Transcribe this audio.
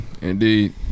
Indeed